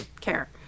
care